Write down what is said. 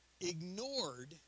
ignored